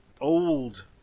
old